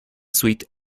suite